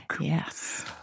Yes